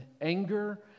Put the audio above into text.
anger